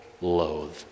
loathe